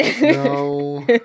No